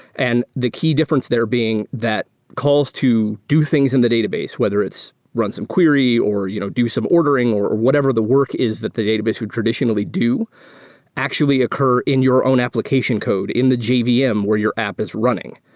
and the key difference there being that calls to do things in the database, whether it's run some query or you know do some ordering or whatever the work is that the database would traditionally do actually occur in your own application code in the jvm where your app is running.